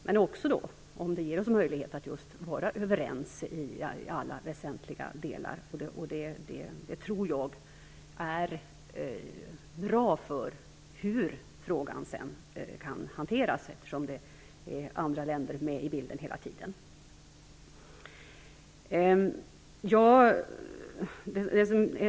Men det är också en möjlighet att komma överens i alla väsentliga delar. Det tror jag är bra för frågans fortsatta hantering, eftersom det är andra länder med i bilden hela tiden.